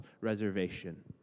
reservation